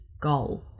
goal